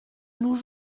nous